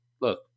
look